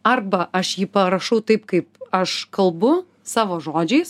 arba aš jį parašau taip kaip aš kalbu savo žodžiais